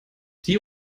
die